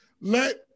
let